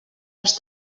els